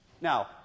Now